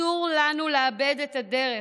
אסור לנו לאבד את הדרך.